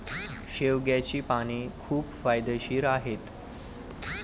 शेवग्याची पाने खूप फायदेशीर आहेत